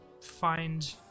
find